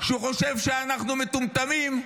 שהוא חושב שאנחנו מטומטמים,